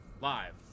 live